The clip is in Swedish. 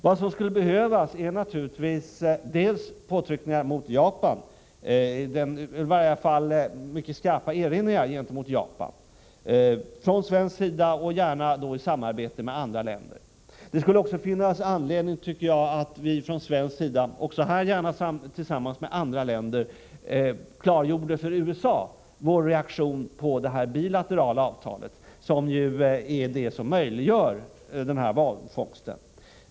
Vad som skulle behövas är naturligtvis påtryckningar eller i varje fall mycket skarpa erinringar mot Japan från svensk sida — gärna i samarbete med andra länder. Det kunde också finnas anledning att vi från svensk sida — också i det fallet gärna tillsammans med andra länder — klargjorde för USA vår reaktion på det bilaterala avtalet, som ju är det som möjliggör denna valfångst.